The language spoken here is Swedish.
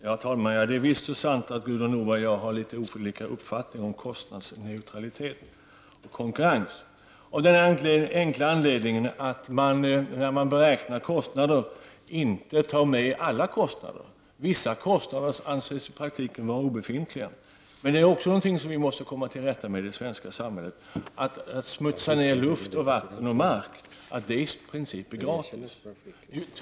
Herr talman! Det är visst och sant att Gudrun Norberg och jag har olika uppfattningar om kostnadsneutralitet och konkurrens. När man beräknar kostnader tar man inte med alla kostnader — vissa kostnader anses i praktiken vara obefintliga. Det måste vi också komma till rätta med i det svenska samhället. Att smutsa ned luft, vatten och mark är i princip gratis.